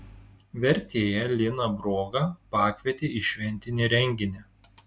vertėją liną brogą pakvietė į šventinį renginį